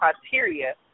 criteria